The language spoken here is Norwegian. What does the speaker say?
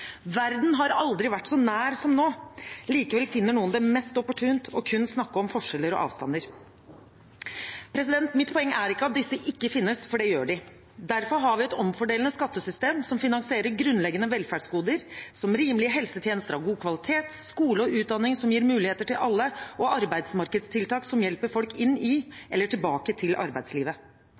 Verden har aldri vært så nær som nå. Likevel finner noen det mest opportunt kun å snakke om forskjeller og avstander. Mitt poeng er ikke at disse ikke finnes, for det gjør de. Derfor har vi et omfordelende skattesystem som finansierer grunnleggende velferdsgoder, som rimelige helsetjenester av god kvalitet, skole og utdanning som gir muligheter til alle, og arbeidsmarkedstiltak som hjelper folk inn i eller tilbake til arbeidslivet.